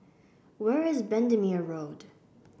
where is Bendemeer Road